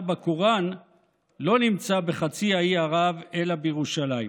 בקוראן לא נמצא בחצי האי ערב אלא בירושלים.